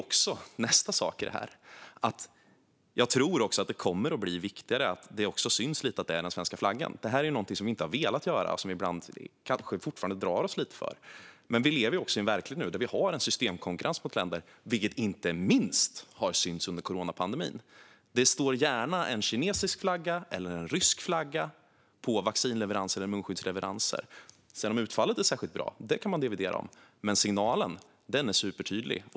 Det är nästa sak i detta: Jag tror att det kommer att bli viktigare att det syns lite grann att det är den svenska flaggan. Det här är någonting som vi inte har velat göra och som vi ibland kanske fortfarande drar oss lite för. Men vi lever i en verklighet där vi har en systemkonkurrens mellan länder, vilket inte minst har synts under coronapandemin. Det finns gärna en kinesisk flagga eller en rysk flagga på vaccinleveranser eller munskyddsleveranser. Om utfallet sedan är särskilt bra kan man dividera om, men signalen är supertydlig.